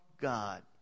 God